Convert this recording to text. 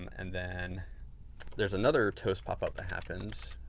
and then there's another tos pop-up that happens